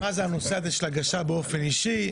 מה זה הנושא הזה של הגשה באופן אישי.